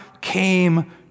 came